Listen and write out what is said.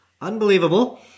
Unbelievable